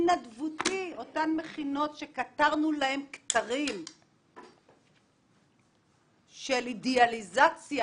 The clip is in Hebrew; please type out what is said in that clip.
התנדבותי על אותן מכינות שכתרנו להם כתרים של אידיאליזציה,